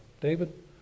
David